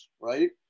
right